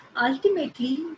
ultimately